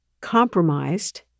compromised